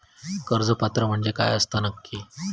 कर्ज पात्र म्हणजे काय असता नक्की?